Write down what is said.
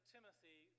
Timothy